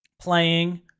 playing